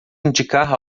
indicar